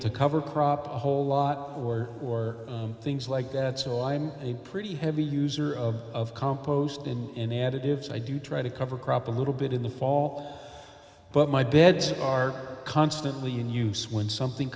to cover crop a whole lot or or things like that so i'm a pretty heavy user of of compost and in additives i do try to cover crop a little bit in the fall but my beds are constantly in use when something